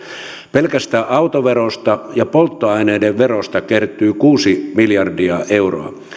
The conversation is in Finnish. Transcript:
pelkästään autoverosta ja polttoaineiden verosta kertyy kuusi miljardia euroa